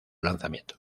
lanzamiento